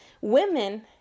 Women